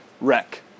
wreck